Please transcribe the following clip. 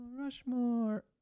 Rushmore